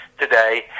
today